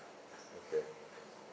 okay